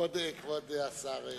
כבוד השר ליצמן,